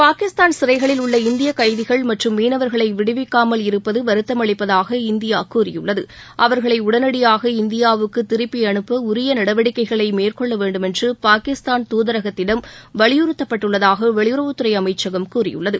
பாகிஸ்தான் சிறைகளில் உள்ள இந்திய கைதிகள் மற்றும் மீனவர்களை விடுவிக்காமல் இருப்பது வருர்த்தமளிப்பதாக இந்தியா கூறியுள்ளது அவர்களை உடனடியாக இந்தியாவுக்கு திருப்பிஅனுப்ப உரிய நடவடிக்கைகளை மேற்கொள்ள வேண்டும் என்று பாகிஸ்தான் தூதரகத்திடம் வலியுறுத்தப்பட்டுள்ளதாக வெளியுறவுத்துறை அமைச்சகம் கூறியுள்ளது